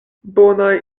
bonaj